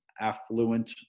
affluent